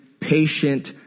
patient